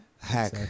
hack